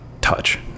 touch